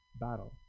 battle